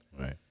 Right